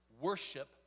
worship